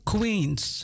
Queens